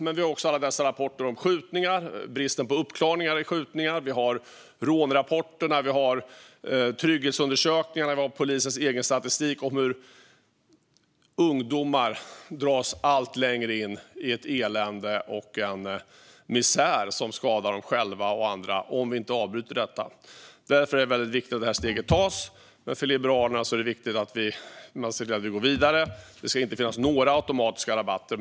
Men vi har också alla dessa rapporter om skjutningar, bristen på uppklaring vid skjutningar, rånrapporter, trygghetsundersökningar och polisens egen statistik om hur ungdomar dras allt längre in i ett elände och en misär som skadar dem själva och andra om vi inte avbryter detta. Därför är det väldigt viktigt att detta steg tas. Men för Liberalerna är det viktigt att se till att man går vidare. Det ska inte finnas några automatiska rabatter.